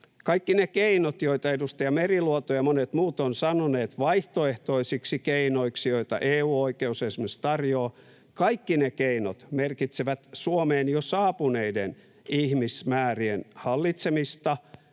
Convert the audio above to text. Kaikki ne keinot, joita edustaja Meriluoto ja monet muut ovat sanoneet vaihtoehtoisiksi keinoiksi ja joita EU-oikeus esimerkiksi tarjoaa, merkitsevät Suomeen jo saapuneiden ihmismäärien hallitsemista.